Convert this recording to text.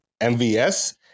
MVS